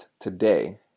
today